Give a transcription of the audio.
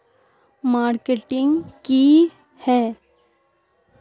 Marketing की है?